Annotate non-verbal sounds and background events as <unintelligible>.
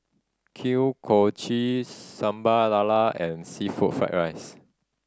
<unintelligible> kochi Sambal Lala and seafood fry rice